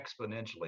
exponentially